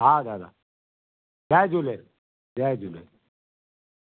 हा दादा जय झूले जय झूले